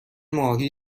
ماهی